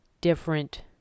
different